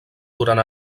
durant